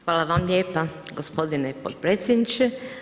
Hvala vam lijepa gospodine potpredsjedniče.